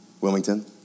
Wilmington